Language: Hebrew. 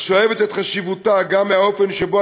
אך שואבת את חשיבותה גם מהאופן שבו